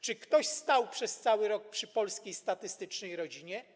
Czy ktoś stał przez cały rok przy polskiej statystycznej rodzinie?